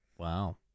Wow